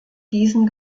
diesen